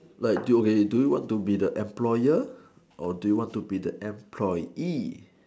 like okay do you want to be the employer or do you want to be the employee